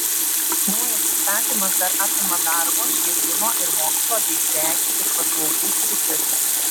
naujas įstatymas dar apima darbo švietimo ir mokslo bei prekių ir paslaugų sritis